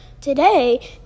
today